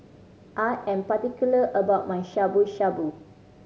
I am particular about my Shabu Shabu